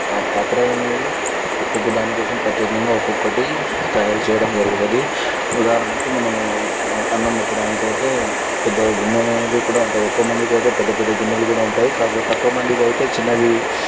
ఆ పాత్రలు అనేవి ఒక్కొక్క దాని కోసం ప్రత్యేకంగా ఒక్కొక్కటి తయారు చేయడం జరుగుతుంది ఉదాహరణకు మనము అన్నం పెట్టడానికి అయితే పెద్ద గిన్నెలు కూడా ఉంటాయి ఎక్కువమందికైతే పెద్ద పెద్ద గిన్నెలు కూడా ఉంటాయి కాకపోతే తక్కువ మందికి అయితే చిన్నవి